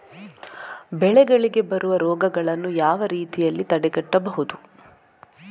ಬೆಳೆಗಳಿಗೆ ಬರುವ ರೋಗಗಳನ್ನು ಯಾವ ರೀತಿಯಲ್ಲಿ ತಡೆಗಟ್ಟಬಹುದು?